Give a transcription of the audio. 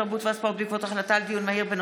התרבות והספורט בעקבות דיון מהיר בהצעתו של חבר